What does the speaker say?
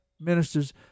ministers